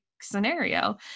scenario